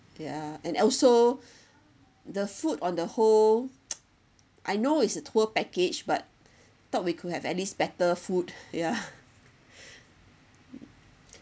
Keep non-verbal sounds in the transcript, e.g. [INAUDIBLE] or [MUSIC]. ya and also the food on the whole [NOISE] I know it's a tour package but thought we could have at least better food ya [LAUGHS]